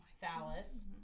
phallus